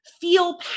feel